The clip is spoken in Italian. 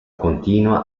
continua